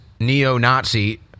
neo-Nazi